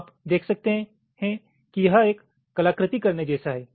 तो आप देख सकते हैं कि यह एक कलाकृति करने जैसा है